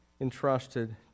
entrusted